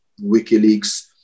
WikiLeaks